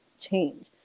change